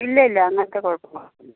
ഇല്ല ഇല്ല അങ്ങനത്തെ കുഴപ്പങ്ങളൊന്നും ഇല്ല